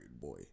boy